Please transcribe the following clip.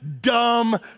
dumb